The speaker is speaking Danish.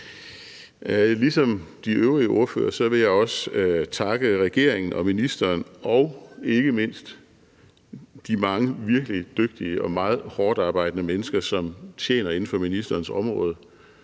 Ligesom de øvrige ordførere vil jeg også takke regeringen og ministeren og ikke mindst de mange virkelig dygtige og meget hårdt arbejdende mennesker, som tjener inden for ministerens område,